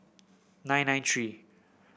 nine nine three